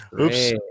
Oops